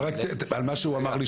אבל רק על מה שהוא אמר לי,